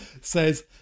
says